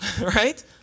right